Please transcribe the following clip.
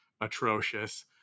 atrocious